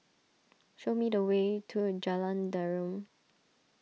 show me the way to Jalan Derum